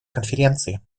конференции